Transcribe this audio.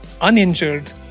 uninjured